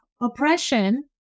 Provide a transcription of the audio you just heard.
oppression